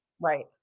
Right